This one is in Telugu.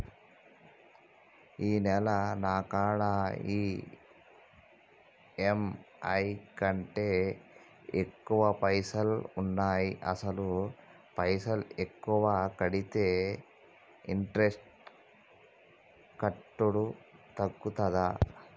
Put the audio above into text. ఈ నెల నా కాడా ఈ.ఎమ్.ఐ కంటే ఎక్కువ పైసల్ ఉన్నాయి అసలు పైసల్ ఎక్కువ కడితే ఇంట్రెస్ట్ కట్టుడు తగ్గుతదా?